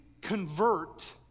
convert